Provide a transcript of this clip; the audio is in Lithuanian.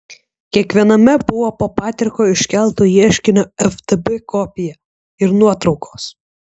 kiekviename buvo po patriko iškelto ieškinio ftb kopiją ir nuotraukos